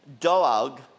Doag